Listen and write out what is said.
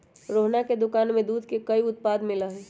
रोहना के दुकान में दूध के कई उत्पाद मिला हई